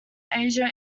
asia